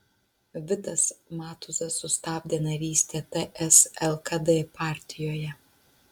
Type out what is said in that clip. vitas matuzas sustabdė narystę ts lkd partijoje